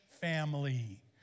family